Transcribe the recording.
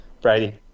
Brady